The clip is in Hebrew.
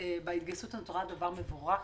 שבהתגייסות הזאת אני רואה דבר מבורך.